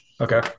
Okay